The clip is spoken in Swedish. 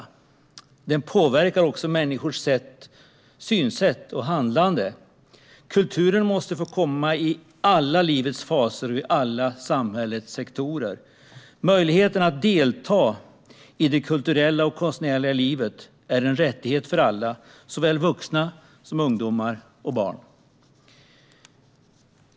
Den påverkar också människors synsätt och handlande. Kulturen måste få komma in i alla livets faser och i alla samhällets sektorer. Möjligheten att delta i det kulturella och konstnärliga livet är en rättighet för alla, såväl vuxna som ungdomar och barn.